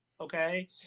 okay